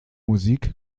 musik